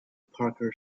parker